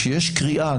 כשיש קריאה,